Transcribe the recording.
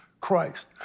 Christ